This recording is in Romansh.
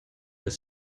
las